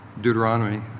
Deuteronomy